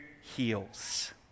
heals